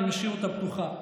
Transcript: אני אשאיר אותה פתוחה.